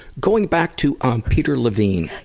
going back to um peter levine.